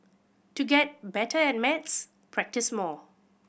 to get better at maths practise more